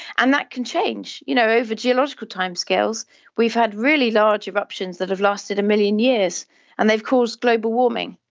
and that can change. you know, over geological timescales we've had really large eruptions that have lasted a million years and they've caused global warming.